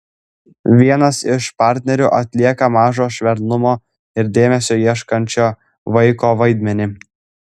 vienas iš partnerių atlieka mažo švelnumo ir dėmesio ieškančio vaiko vaidmenį